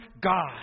God